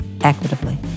equitably